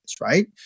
right